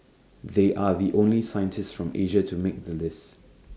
they are the only scientists from Asia to make the list